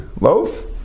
loaf